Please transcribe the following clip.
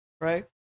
Right